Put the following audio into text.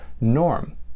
norm